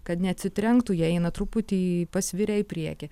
kad neatsitrenktų jie eina truputį pasvirę į priekį